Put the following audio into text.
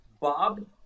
Bob